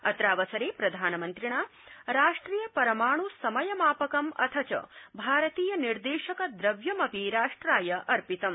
अत्रावसरे प्रधानमन्त्रिणा राष्ट्रिय परमाण् समयमापकम् अथ च भारतीयनिर्देशक द्रव्यमपि राष्ट्रायार्पितम्